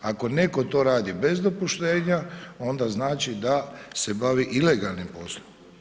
Ako netko to radi bez dopuštenja onda znači da se bavi ilegalnim poslom.